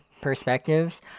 perspectives